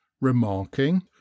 remarking